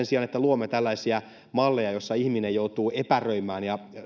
sijaan että luomme tällaisia malleja joissa ihminen joutuu epäröimään ja